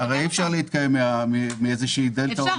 אי אפשר להתקיים מאיזו דלתא --- אפשר,